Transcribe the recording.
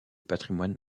patrimoine